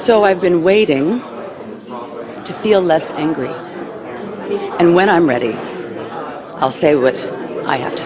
so i've been waiting to feel less angry and when i'm ready i'll say what i have to